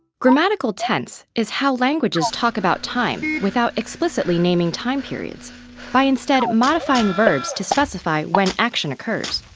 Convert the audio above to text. grammatical tense is how languages talk about time without explicitly naming time periods by, instead, modifying verbs to specify when action occurs.